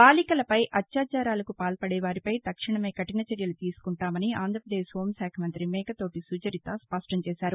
బాలికలపై అత్యాచారాల కు పాల్పడే వారిపై తక్షణమే కఠిన చర్యలు తీసుకుంటామని ఆంధ్రప్రదేశ్ హెూం శాఖ మంత్రి మేకతోటి సుచరిత స్పష్టంచేశారు